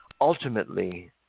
Ultimately